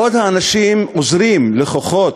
בעוד האנשים עוזרים לכוחות